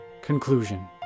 Conclusion